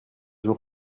veux